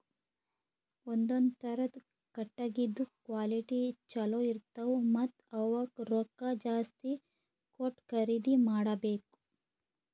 ಒಂದೊಂದ್ ಥರದ್ ಕಟ್ಟಗಿದ್ ಕ್ವಾಲಿಟಿ ಚಲೋ ಇರ್ತವ್ ಮತ್ತ್ ಅವಕ್ಕ್ ರೊಕ್ಕಾ ಜಾಸ್ತಿ ಕೊಟ್ಟ್ ಖರೀದಿ ಮಾಡಬೆಕ್